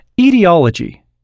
Etiology